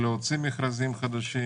להוציא מכרזים חדשים,